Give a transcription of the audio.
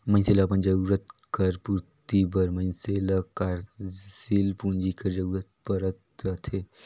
मइनसे ल अपन जरूरत कर पूरति बर मइनसे ल कारसील पूंजी कर जरूरत परत रहथे